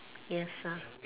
yes ah